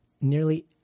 Nearly